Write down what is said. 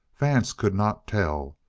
vance could not tell.